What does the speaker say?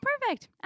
perfect